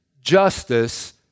justice